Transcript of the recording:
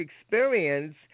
experience